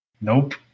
Nope